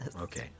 Okay